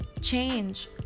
change